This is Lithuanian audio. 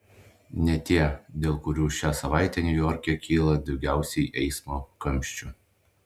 ne tie dėl kurių šią savaitę niujorke kyla daugiausiai eismo kamščių